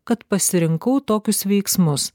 kad pasirinkau tokius veiksmus